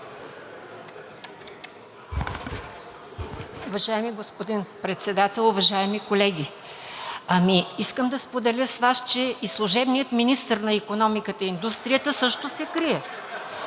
Уважаеми господин Председател, уважаеми колеги! Искам да споделя с Вас, че и служебният министър на икономиката и индустрията също се крие.